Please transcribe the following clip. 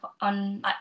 on